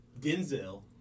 Denzel